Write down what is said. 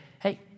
hey